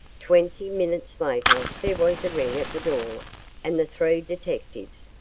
twenty minutes later there was a ring at the door and the three detectives,